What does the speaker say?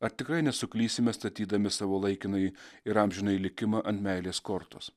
ar tikrai nesuklysime statydami savo laikinąjį ir amžinąjį likimą ant meilės kortos